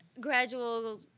gradual